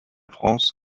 france